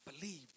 believed